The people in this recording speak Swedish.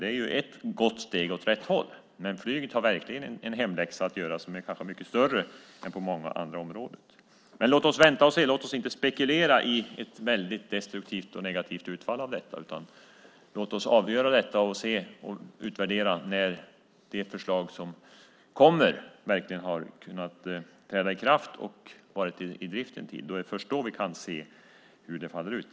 Det är ett gott steg åt rätt håll, men flyget har verkligen en hemläxa att göra som är mycket större än på många andra områden. Men låt oss vänta och se! Låt oss inte spekulera i ett väldigt destruktivt och negativt utfall av detta, utan låt oss avgöra detta och utvärdera när det förslag som kommer verkligen har kunnat träda i kraft och vara i drift en tid. Det är först då vi kan se hur det faller ut.